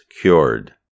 cured